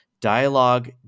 Dialogue